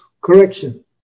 correction